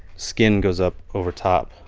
skin goes up over top.